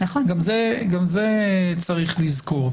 גם זה צריך לזכור.